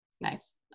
Nice